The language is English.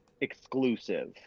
exclusive